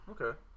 Okay